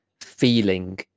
feeling